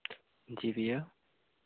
जी भैया